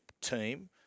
team